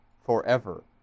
forever